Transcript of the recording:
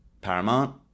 Paramount